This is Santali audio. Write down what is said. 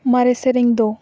ᱢᱟᱨᱮ ᱥᱮᱨᱮᱧ ᱫᱚ